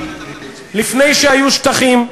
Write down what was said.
לפני שהיו שטחים,